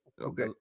okay